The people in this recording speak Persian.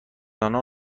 آنها